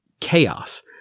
chaos